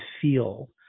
feel